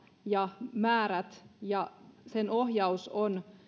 ja määrät ja sen ohjaus on